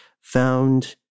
found